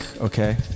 Okay